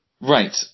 Right